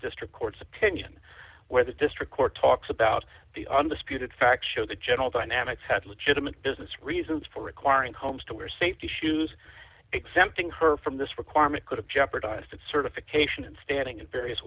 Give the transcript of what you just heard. district court's opinion where the district court talks about the undisputed facts show the general dynamics had legitimate business reasons for requiring homes to wear safety shoes exempting her from this requirement could have jeopardized that certification in standing in various